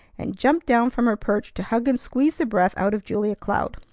and jumped down from her perch to hug and squeeze the breath out of julia cloud.